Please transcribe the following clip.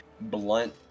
blunt